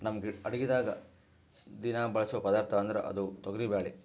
ನಮ್ ಅಡಗಿದಾಗ್ ದಿನಾ ಬಳಸೋ ಪದಾರ್ಥ ಅಂದ್ರ ಅದು ತೊಗರಿಬ್ಯಾಳಿ